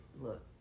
Look